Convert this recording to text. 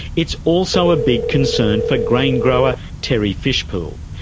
it's also a big concern for grain grower terry fishpool.